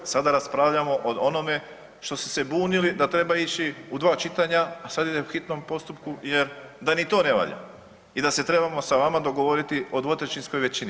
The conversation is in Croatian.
Sada raspravljamo o onome što ste se bunili da treba ići u dva čitanja sada ide u hitnom postupku jer da ni to ne valja i da se trebamo sa vama dogovoriti o dvotrećinskoj većini.